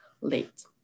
late